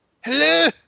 Hello